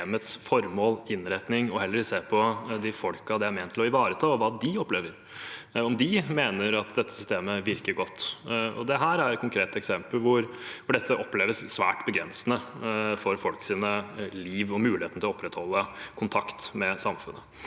og innretning, og heller se på de folkene det er ment å ivareta, hva de opplever, og om de mener at dette systemet virker godt. Dette er et konkret eksempel hvor dette oppleves svært begrensende for folks liv og muligheten til å opprettholde kontakt med samfunnet.